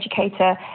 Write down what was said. educator